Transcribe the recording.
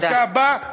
אתה בא,